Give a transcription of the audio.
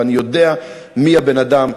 ואני יודע מי הבן-אדם.